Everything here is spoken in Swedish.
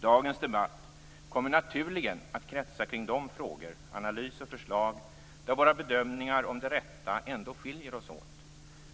Dagens debatt kommer naturligen att kretsa kring de frågor - analys och förslag - där våra bedömningar om det rätta ändå skiljer oss åt.